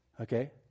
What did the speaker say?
Okay